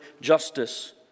justice